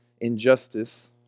injustice